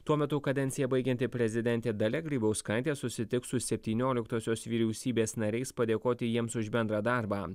tuo metu kadenciją baigianti prezidentė dalia grybauskaitė susitiks su septynioliktosios vyriausybės nariais padėkoti jiems už bendrą darbą